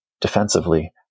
defensively